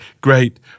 great